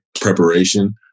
preparation